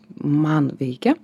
man veikia